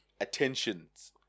attentions